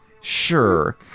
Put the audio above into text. Sure